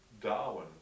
Darwin